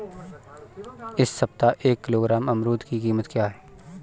इस सप्ताह एक किलोग्राम अमरूद की कीमत क्या है?